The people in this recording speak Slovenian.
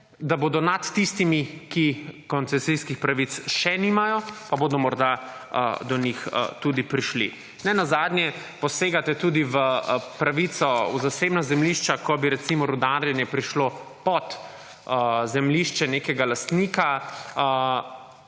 da bodo nad tistimi, ki koncesijskih pravic še nimajo, pa bodo morda do njih tudi prišli. Nezanadje posegate tudi v pravico v zasebna zemljišča ko bi, recimo, rudarjenje prešlo pod zemljišče nekega lastnika